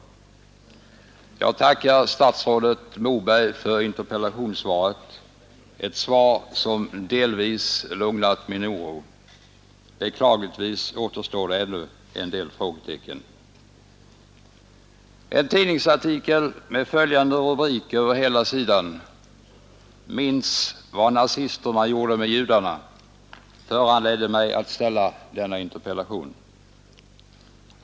Jag tackar statsrådet Moberg för interpellationssvaret — ett svar som delvis lugnat min oro. Beklagligtvis återstår det ännu en del frågetecken. ”Minns vad nazisterna gjorde med judarna” — det var rubriken på den tidningsartikel som föranledde mig att ställa denna interpellation.